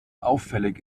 auffällig